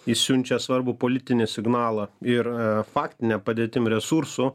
jis siunčia svarbų politinį signalą ir faktine padėtim resursų